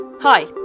Hi